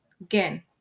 Again